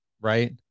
right